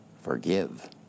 Forgive